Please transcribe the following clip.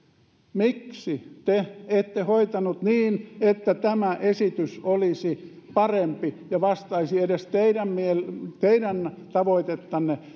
miksi te ette hoitanut niin että tämä esitys olisi parempi ja vastaisi edes teidän tavoitettanne